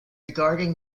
regarding